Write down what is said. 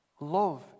Love